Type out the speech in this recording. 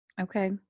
Okay